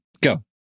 Go